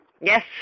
Yes